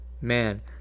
man